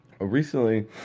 Recently